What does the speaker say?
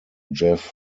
jeff